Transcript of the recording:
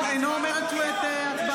אמרת לא משתתף.